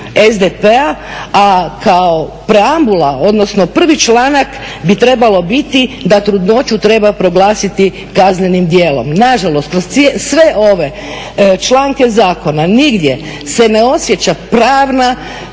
SDP-a, a kao …, odnosno prvi članak bi trebalo biti da trudnoću treba proglasiti kaznenim djelom. Nažalost, kroz sve ove članke zakona nigdje se ne osjeća pravna